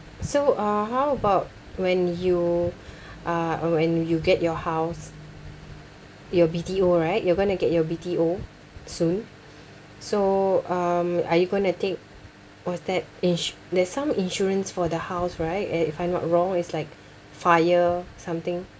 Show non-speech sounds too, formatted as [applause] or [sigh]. so uh how about when you [breath] uh when you get your house your B_T_O right you're going to get your B_T_O soon so um are you going take what's that ins~ there's some insurance for the house right a~ if I'm not wrong it's like fire something